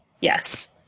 yes